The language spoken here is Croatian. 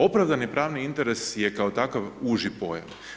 Opravdani pravni interes je kao takav uži pojam.